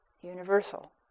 universal